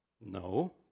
No